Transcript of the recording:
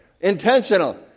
Intentional